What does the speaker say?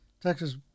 texas